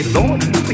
Lord